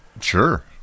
Sure